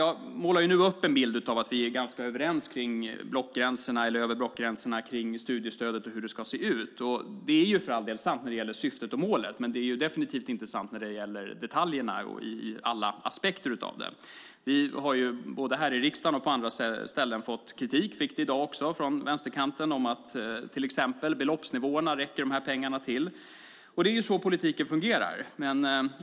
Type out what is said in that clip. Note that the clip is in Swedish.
Jag målar nu upp en bild av att vi är ganska överens över blockgränserna kring studiestödet och hur det ska se ut. Det är för all del sant när det gäller syftet och målet. Men det är definitivt inte sant när det gäller detaljerna ur alla aspekter. Vi har både här i riksdagen och på andra ställen fått kritik - vi fick det i dag också från vänsterkanten - när det gäller till exempel beloppsnivåerna. Räcker dessa pengar till? Det är så politiken fungerar.